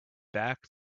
back